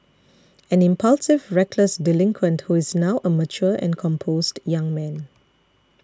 an impulsive reckless delinquent who is now a mature and composed young man